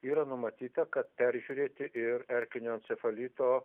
yra numatyta kad peržiūrėti ir erkinio encefalito